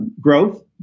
growth